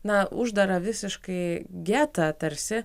na uždarą visiškai getą tarsi